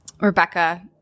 Rebecca